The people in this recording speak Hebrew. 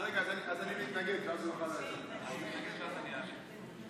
אז אני מתנגד, ואז הוא יוכל לעלות.